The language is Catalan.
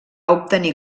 obtenir